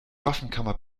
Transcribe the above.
waffenkammer